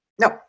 No